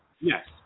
Yes